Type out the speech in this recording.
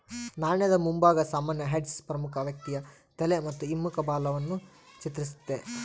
ನಾಣ್ಯದ ಮುಂಭಾಗ ಸಾಮಾನ್ಯ ಹೆಡ್ಸ್ ಪ್ರಮುಖ ವ್ಯಕ್ತಿಯ ತಲೆ ಮತ್ತು ಹಿಮ್ಮುಖ ಬಾಲವನ್ನು ಚಿತ್ರಿಸ್ತತೆ